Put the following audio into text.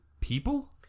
people